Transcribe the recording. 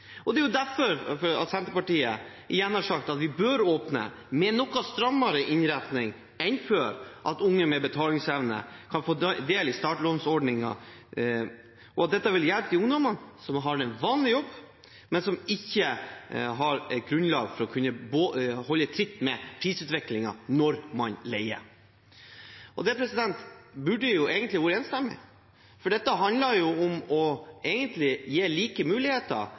Det er derfor Senterpartiet igjen har sagt at vi bør åpne, med en noe strammere innretning enn før, for at unge med betalingsevne kan få ta del i startlånsordningen, og at dette vil hjelpe de ungdommene som har en vanlig jobb, men som ikke har et grunnlag for å holde tritt med prisutviklingen når man leier. Det burde egentlig ha vært enstemmig, for dette handler egentlig om å gi like muligheter